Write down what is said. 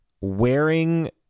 wearing